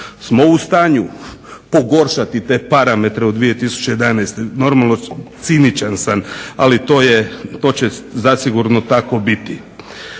smo u stanu pogoršati te parametre u 2011. Normalno ciničan sam, ali to će zasigurno tako biti.